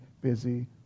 busy